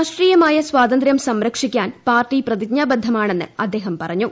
രാഷ്ട്രീയമായ സ്വാതന്ത്ര്യം സംരക്ഷിക്കാൻ പാർട്ടി പ്രതിജ്ഞാബദ്ധമാണെന്ന് അദ്ദേഹം പറഞ്ഞു